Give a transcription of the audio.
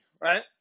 right